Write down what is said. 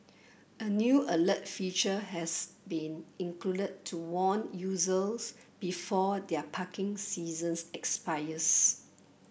a new alert feature has been included to warn users before their parking sessions expires